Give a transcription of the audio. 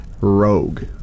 Rogue